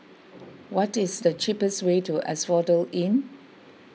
what is the cheapest way to Asphodel Inn